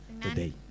today